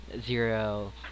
Zero